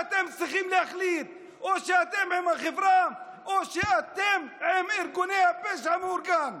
אתם צריכים להחליט: או שאתם עם החברה או שאתם עם ארגוני הפשע המאורגן.